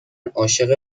عاشق